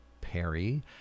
Perry